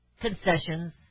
concessions